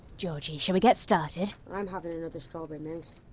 georgie, shall we get started? i'm having another strawberry mousse.